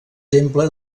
temple